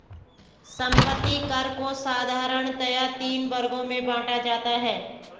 संपत्ति कर को साधारणतया तीन वर्गों में बांटा जाता है